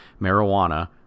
marijuana